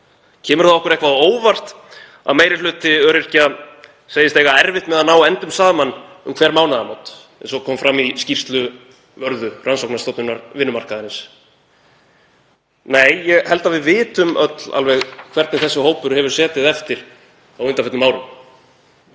Kemur það okkur eitthvað á óvart að meiri hluti öryrkja segist eiga erfitt með að ná endum saman um hver mánaðamót, eins og kom fram í skýrslu Vörðu – rannsóknastofnunar vinnumarkaðarins. Nei, ég held að við vitum öll hvernig þessi hópur hefur setið eftir á undanförnum árum.